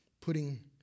putting